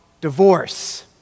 divorce